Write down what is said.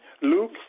Luke